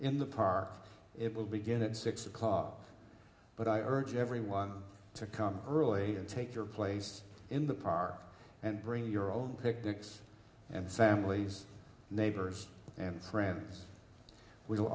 in the park it will begin at six o'clock but i urge everyone to come early and take your place in the park and bring your own picnics and sam lee's neighbors and friends w